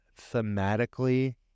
thematically